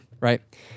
right